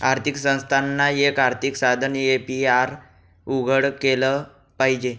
आर्थिक संस्थानांना, एक आर्थिक साधन ए.पी.आर उघडं केलं पाहिजे